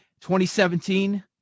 2017